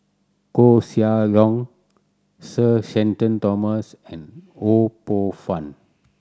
Koeh Sia Yong Sir Shenton Thomas and Ho Poh Fun